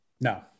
No